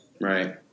Right